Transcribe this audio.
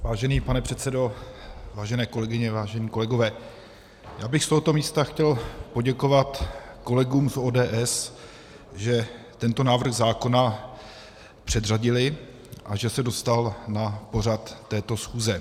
Vážený pane předsedo, vážené kolegyně, vážení kolegové, já bych z tohoto místa chtěl poděkovat kolegům z ODS, že tento návrh zákona předřadili a že se dostal na pořad této schůze.